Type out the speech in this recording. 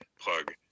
plug